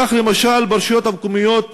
כך, למשל, ברשויות המקומיות בפריפריה,